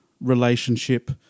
relationship